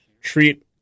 treat